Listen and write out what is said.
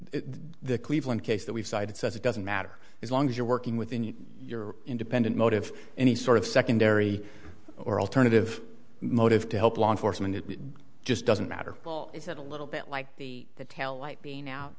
the cleveland case that we've cited says it doesn't matter as long as you're working within your independent motive any sort of secondary or alternative motive to help law enforcement it just doesn't matter it's a little bit like the tail light being out